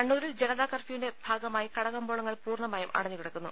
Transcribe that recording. കണ്ണൂരിൽ ജനതാ കർഫ്യൂവിന്റെ ഭാഗമായി കടകമ്പോള ങ്ങൾ പൂർണ്ണമായും അടഞ്ഞുകിടക്കുന്നു